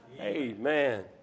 Amen